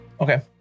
okay